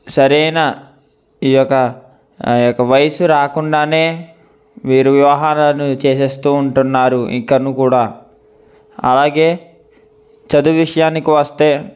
సరైన ఈ ఒక ఈ ఒక వయసు రాకుండానే వీరు వివాహారాలు చేసేస్తు ఉంటున్నారు ఇంకను కూడా అలాగే చదువు విషయానికి వస్తే